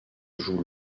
joue